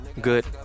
Good